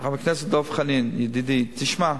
חבר הכנסת דב חנין, ידידי, תשמע,